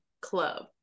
club